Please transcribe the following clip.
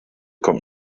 kommt